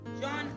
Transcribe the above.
John